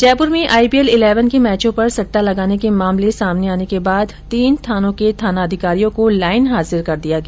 जयपुर में IPL eleven के मैचों पर सट्टा लगाने के मामले सामने आने के बाद तीन थानों के थानाधिकारियों को लाईन हाजिर कर दिया गया